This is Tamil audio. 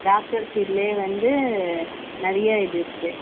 டாக்டர் ஃபீல்ட்லயே வந்து நிறைய இது இருக்கு